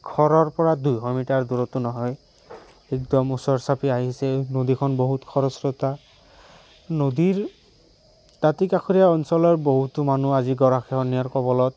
ঘৰৰ পৰা দুইশ মিটাৰ দূৰতো নহয় একদম ওচৰ চাপি আহিছে নদীখন বহুত খৰস্ৰোতা নদীৰ দাঁতি কাষৰীয়া অঞ্চলৰ বহুতো মানুহ আজি গৰাখহনীয়াৰ কৱলত